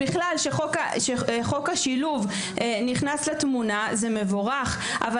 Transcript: כשחוק השילוב נכנס לתמונה זה מבורך אבל